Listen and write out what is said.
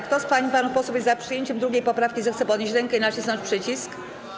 Kto z pań i panów posłów jest za przyjęciem 2. poprawki, zechce podnieść rękę i nacisnąć przycisk.